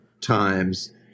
times